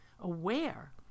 aware